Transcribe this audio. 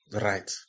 right